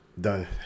done